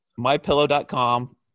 MyPillow.com